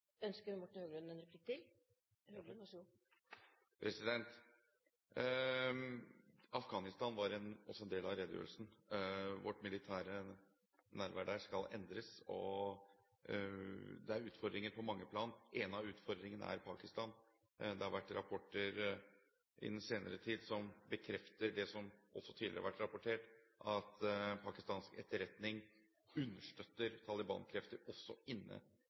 Afghanistan var også en del av redegjørelsen. Vårt militære nærvær der skal endres, og det er utfordringer på mange plan. En av utfordringene er Pakistan. Det har kommet rapporter i den senere tid som bekrefter det som tidligere har vært rapportert, at pakistansk etterretning understøtter Taliban-krefter også inne